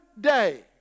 day